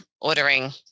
ordering